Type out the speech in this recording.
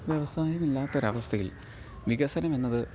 വ്യവസായം ഇല്ലാത്തൊരവസ്ഥയില് വികസനമെന്നത്